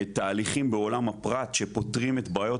תהליכים בעולם הפרט שפותרים את בעיות